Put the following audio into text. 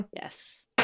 Yes